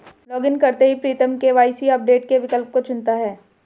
login करते ही Pritam KYC update के विकल्प को चुनता है